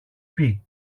πει